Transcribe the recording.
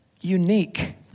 unique